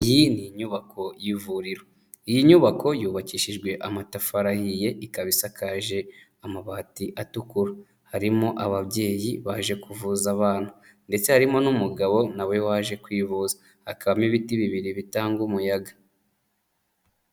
Iyi ni inyubako y'ivuriro. Iyi nyubako yubakishijwe amatafari ahiye, ikaba isakaje amabati atukura. Harimo ababyeyi baje kuvuza abana ndetse harimo n'umugabo na we waje kwivuza. Hakabamo ibiti bibiri bitanga umuyaga.